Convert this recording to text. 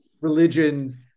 religion